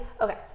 okay